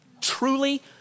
truly